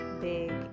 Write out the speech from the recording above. big